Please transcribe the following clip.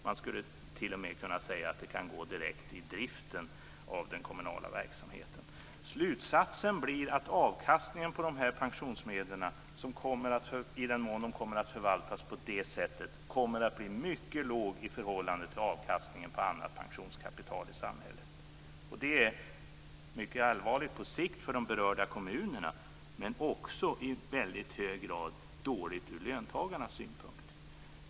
Man skulle t.o.m. kunna säga att de kan gå direkt till driften av den kommunala verksamheten. Slutsatsen blir att avkastningen på dessa pensionsmedel, i den mån de kommer att förvaltas på det sättet, kommer att bli mycket låg i förhållande till avkastningen på annat pensionskapital i samhället. Det är mycket allvarligt på sikt för de berörda kommunerna men också i väldigt hög grad dåligt ur löntagarnas synpunkt.